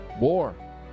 war